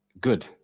good